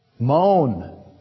Moan